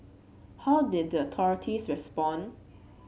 how did the authorities respond